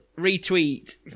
retweet